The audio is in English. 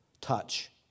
touch